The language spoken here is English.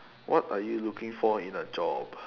what are you looking for in a job